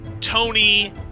Tony